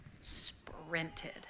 sprinted